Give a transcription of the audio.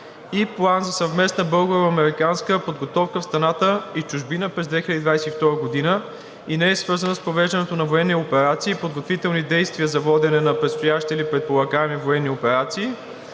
и Плана за съвместна българо-американска подготовка в страната и чужбина през 2022 г. и не е свързана с провеждането на военни операции, подготвителни действия за водене на предстояща или предполагаеми военни операции,